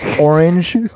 orange